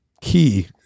key